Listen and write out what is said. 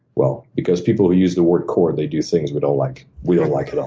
well because people who use the word core, they do things we don't like. we don't like at all.